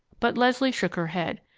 but leslie shook her head.